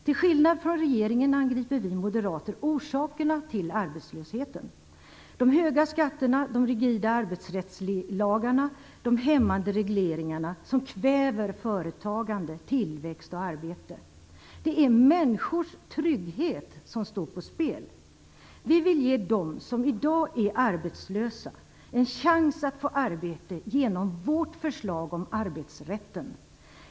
Till skillnad från regeringen angriper vi moderater orsakerna till arbetslösheten - de höga skatterna, de rigida arbetsrättslagarna och de hämmande regleringarna som kväver företagande, tillväxt och arbete. Det är människors trygghet som står på spel. Vi vill ge dem som i dag är arbetslösa en chans att få arbete genom vårt förslag om arbetsrätten.